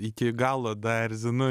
iki galo daerzinu